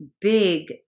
big